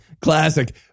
classic